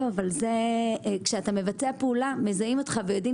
אבל כשאתה מבצע פעולה מזהים אותך ויודעים